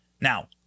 Now